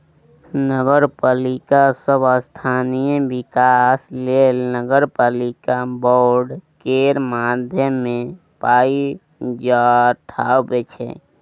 नगरपालिका सब स्थानीय बिकास लेल नगरपालिका बॉड केर माध्यमे पाइ उठाबै छै